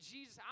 Jesus